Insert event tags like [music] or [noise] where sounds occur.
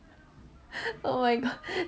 [breath] oh my god [breath]